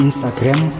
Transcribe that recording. Instagram